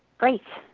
great!